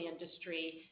industry